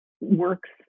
works